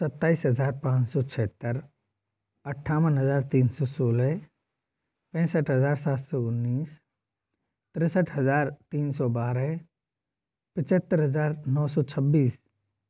सत्ताईस हजार पान सौ छिहत्तर अट्ठावन हजार तीन सौ सोलह पैंसठ हजार सात सौ उन्नीस तिरसठ हजार तीन सौ बारह पचहत्तर हजार नौ सौ छब्बीस